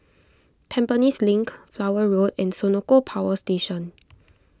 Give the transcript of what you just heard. Tampines Link Flower Road and Senoko Power Station